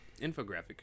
infographic